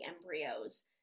embryos